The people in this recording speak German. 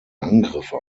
angriffe